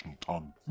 tongue